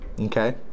okay